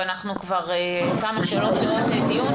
ואנחנו כבר כמה שעות בדיון,